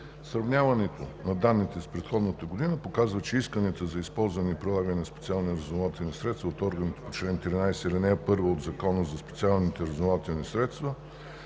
Сравняването на данните с предходната година показва, че исканията за използване и прилагане на специални разузнавателни средства от органите по чл. 13, ал. 1 от Закона за специалните разузнавателни средства